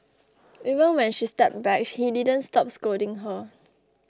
even when she stepped back he didn't stop scolding her